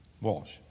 Walsh